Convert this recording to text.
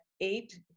eight